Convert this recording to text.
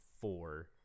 four